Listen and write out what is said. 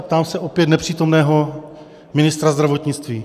ptám se opět nepřítomného ministra zdravotnictví.